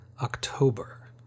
October